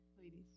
ladies